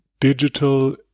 digital